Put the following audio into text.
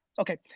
okay.